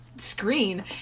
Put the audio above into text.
Screen